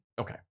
Okay